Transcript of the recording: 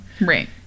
Right